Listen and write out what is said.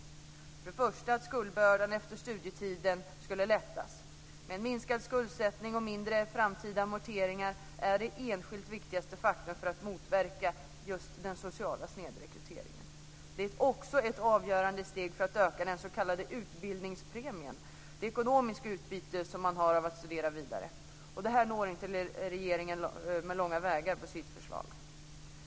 Först och främst ska skuldbördan efter studietiden lättas. Minskad skuldsättning och mindre framtida amorteringar är de enskilt viktigaste faktorerna för att motverka den sociala snedrekryteringen. De är också avgörande steg för att öka den s.k. utbildningspremien, dvs. det ekonomiska utbyte man har av att studera vidare. Det når inte regeringen på långa vägar med sitt förslag.